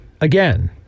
Again